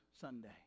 Sunday